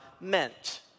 meant